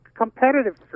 competitive